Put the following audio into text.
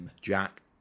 Jack